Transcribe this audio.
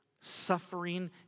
suffering